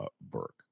Burke